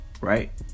right